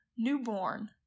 Newborn